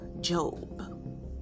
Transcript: Job